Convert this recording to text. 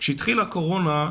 כשהתחילה הקורונה,